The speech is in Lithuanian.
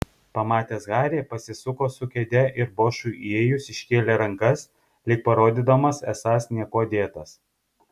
pamatęs harį pasisuko su kėde ir bošui įėjus iškėlė rankas lyg parodydamas esąs niekuo dėtas